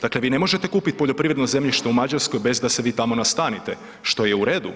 Dakle, vi ne možete kupit poljoprivredno zemljište u Mađarskoj bez da se vi tamo nastanite, što je i u redu.